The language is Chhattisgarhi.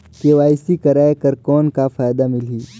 के.वाई.सी कराय कर कौन का फायदा मिलही?